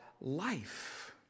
life